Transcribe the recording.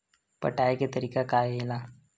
पटाय के तरीका का हे एला?